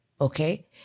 okay